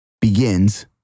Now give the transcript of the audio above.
begins